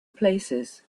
places